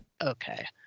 Okay